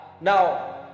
now